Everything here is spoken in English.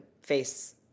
face